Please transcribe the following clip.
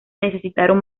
necesitaron